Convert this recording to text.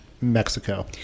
Mexico